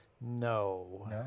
No